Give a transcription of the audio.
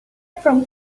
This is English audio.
from